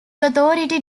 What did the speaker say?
authority